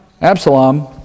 Absalom